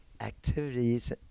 activities